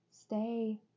stay